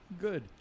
Good